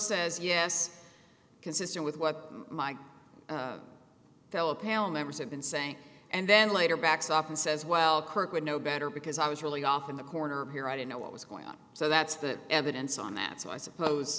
says yes consistent with what my fellow pal members have been saying and then later backs off and says well kirk would know better because i was really off in the corner here i didn't know what was going on so that's the evidence on that so i suppose